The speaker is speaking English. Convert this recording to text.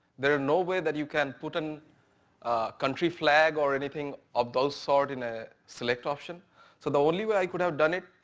there is no way that you can put and a country flag or anything of those sort in a select option. so the only way i could have done it.